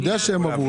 הוא יודע שהם עברו.